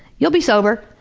you'll be sober.